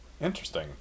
Interesting